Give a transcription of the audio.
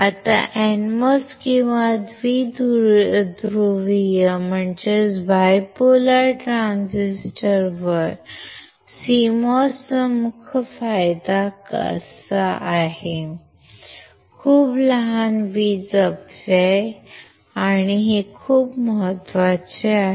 आता NMOS किंवा द्विध्रुवीय ट्रान्झिस्टरवर CMOS चा मुख्य फायदा असा आहे खूप लहान वीज अपव्यय आणि हे खूप महत्वाचे आहे